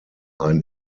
ein